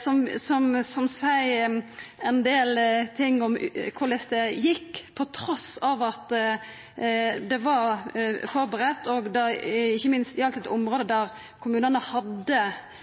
som seier ein del ting om korleis det gjekk trass i at det var førebudd og ikkje minst gjaldt eit område